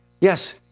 Yes